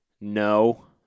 no